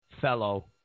fellow